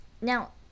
Now